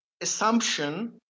assumption